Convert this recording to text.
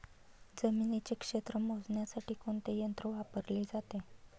जमिनीचे क्षेत्र मोजण्यासाठी कोणते यंत्र वापरले जाते?